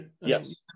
Yes